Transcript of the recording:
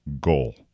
goal